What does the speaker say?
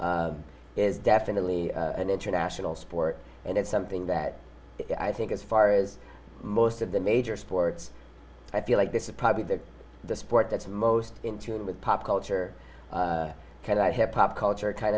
is definitely an international sport and it's something that i think as far as most of the major sports i feel like this is probably the the sport that's most in tune with pop culture can i have a pop culture kind